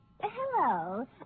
Hello